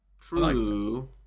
True